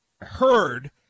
heard